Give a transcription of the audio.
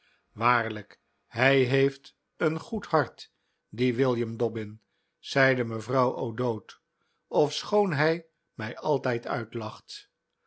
waarlijk hij heeft een goed hart die william dobbin zeide mevrouw o'dowd ofschoon hij mij altijd uitlacht